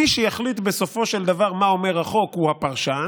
מי שיחליט בסופו של דבר מה אומר החוק הוא הפרשן.